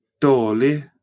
Dolly